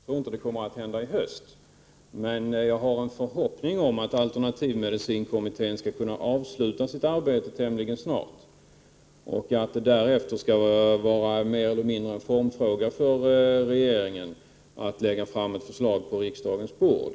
Herr talman! Jag tror inte att detta kommer att hända i höst. Men jag har en förhoppning om att alternativmedicinkommittén skall kunna avsluta sitt arbete ganska snart och att det därefter skall vara mer eller mindre en formfråga för regeringen att lägga fram ett förslag på riksdagens bord.